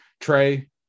Trey